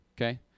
okay